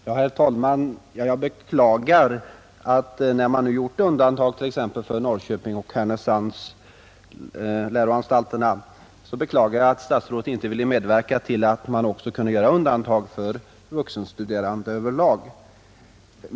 Herr talman! När man nu gjort undantag för läroanstalterna i Norrköping och Härnösand, beklagar jag att statsrådet inte vill medverka till att man också skulle kunna göra undantag för vuxenstuderande över lag.